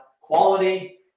quality